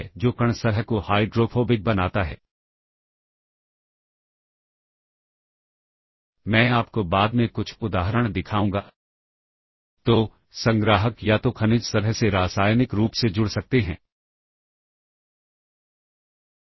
और इस तरह से हम प्रोग्राम की अधिक लंबाई होने से बच रहे हैं और इसीलिए मैंने इसे केवल दो बार प्रदर्शित किया है तो शायद एक रूटीन की ही जरूरत हमें बार बार पड़े और इस कारण से हम इसे कई बार कॉल करते हैं और यह कई बार कॉपी होता है एक स्ट्रेट लाइन कोड के अंदर